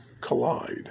collide